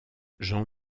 jean